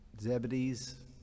Zebedee's